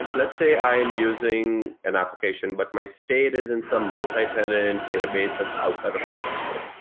like let's say i am using an application, but my state is in some multitenant database that's outside of my cluster.